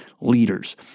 leaders